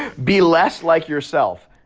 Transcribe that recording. ah be less like yourself.